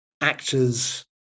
actors